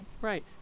Right